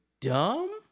dumb